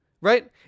Right